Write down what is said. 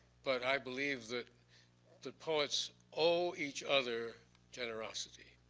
but i believe that the poets owe each other generosity,